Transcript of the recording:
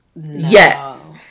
Yes